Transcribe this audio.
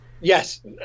Yes